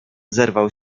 zerwał